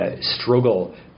struggle